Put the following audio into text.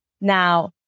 Now